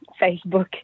Facebook